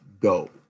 go